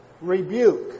Rebuke